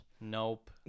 Nope